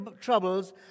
troubles